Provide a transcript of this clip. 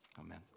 Amen